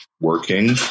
working